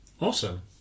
Awesome